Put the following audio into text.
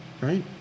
right